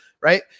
right